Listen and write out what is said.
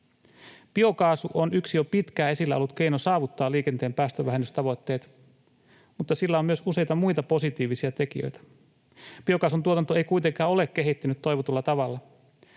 Biokaasu on yksi jo pitkään esillä ollut keino saavuttaa liikenteen päästövähennystavoitteet, mutta sillä on myös useita muita positiivisia tekijöitä. Biokaasun tuotanto ei kuitenkaan ole kehittynyt toivotulla tavalla.